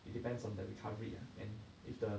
it depends on the recovery and if the